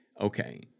okay